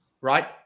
right